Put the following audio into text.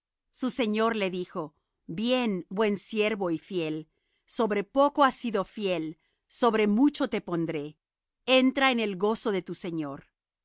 su señor le dijo bien buen siervo y fiel sobre poco has sido fiel sobre mucho te pondré entra en el gozo de tu señor